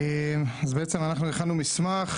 אנחנו הכנו מסמך,